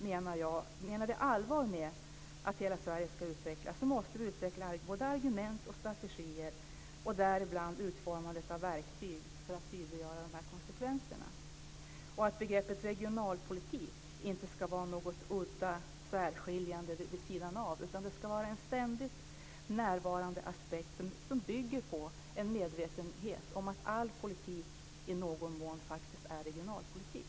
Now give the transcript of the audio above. Menar vi allvar med att hela Sverige ska utvecklas måste vi utveckla både argument och strategier, och däribland utformandet av verktyg, för att tydliggöra dessa konsekvenser. Begreppet regionalpolitik ska inte vara något udda och särskiljande eller stå vid sidan av, utan det ska vara en ständigt närvarande aspekt som bygger på en medvetenhet om att all politik i någon mån faktiskt är regionalpolitik.